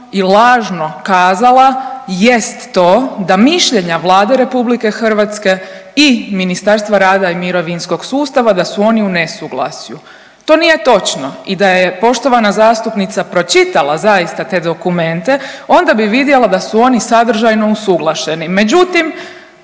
i lažno kazala jest to da mišljenja Vlade RH i Ministarstva rada i mirovinskog sustava da su oni u nesuglasju. To nije točno i da je poštovana zastupnica pročitala zaista te dokumente onda bi vidjela da su oni sadržajno usuglašeni, međutim